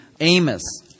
Amos